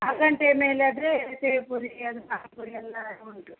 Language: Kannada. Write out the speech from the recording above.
ಹಾಗಂತ ಏನು ಇಲ್ಲದ್ದರೆ ಸೇವ್ ಪುರಿ ಖಾರ ಪುರಿ ಎಲ್ಲ ಉಂಟು